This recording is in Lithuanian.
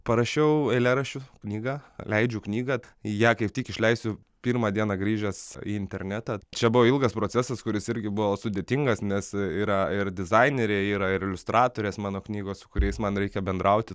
parašiau eilėraščių knygą leidžiu knygą ją kaip tik išleisiu pirmą dieną grįžęs į internetą čia buvo ilgas procesas kuris irgi buvo sudėtingas nes yra ir dizainerė yra ir iliustratorės mano knygos su kuriais man reikia bendrauti